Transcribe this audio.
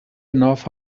enough